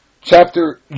Chapter